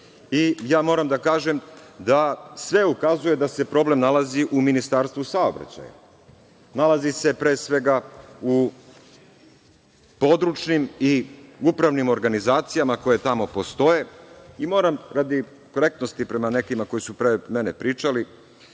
Moram da kažem da sve ukazuje da se problem nalazi u Ministarstvu saobraćaja. Nalazi se pre svega u područnim i upravnim organizacijama koje tamo postoje i moram radi korektnosti prema nekim koji su pre mene pričali,